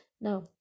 Now